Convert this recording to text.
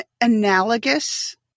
analogous